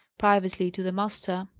privately, to the master.